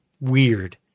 weird